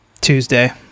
Tuesday